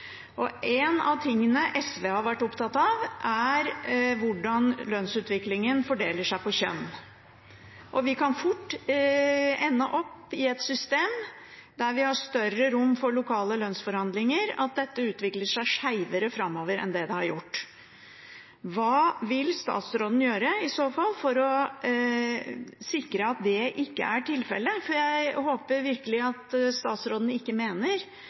En av tingene SV har vært opptatt av, er hvordan lønnsutviklingen fordeler seg på kjønn. Vi kan fort ende opp i et system der vi har større rom for lokale lønnsforhandlinger, hvor dette utvikler seg skjevere framover enn det det har gjort. Hva vil statsråden i så fall gjøre for å sikre at det ikke er tilfellet? For jeg håper virkelig at statsråden ikke mener